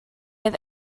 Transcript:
have